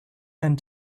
and